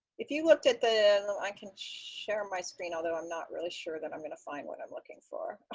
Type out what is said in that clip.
if you looked at the i can share my screen, although i'm not really sure that i'm going to find what i'm looking for.